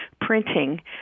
printing